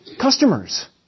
customers